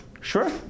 Sure